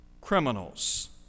criminals